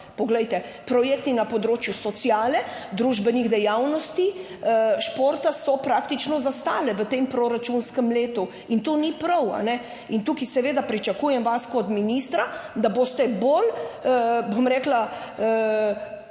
poglejte, projekti na področju sociale, družbenih dejavnosti, športa so praktično za stale v tem proračunskem letu. In to ni prav. In tukaj seveda pričakujem vas kot ministra, da boste bolj, bom rekla,